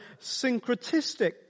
syncretistic